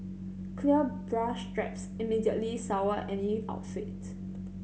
clear bra straps immediately sour any outfits